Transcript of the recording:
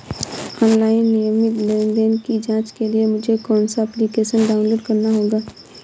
Online नियमित लेनदेन की जांच के लिए मुझे कौनसा एप्लिकेशन डाउनलोड करना होगा?